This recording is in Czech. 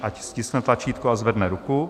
Ať stiskne tlačítko a zvedne ruku.